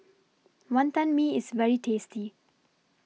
Wantan Mee IS very tasty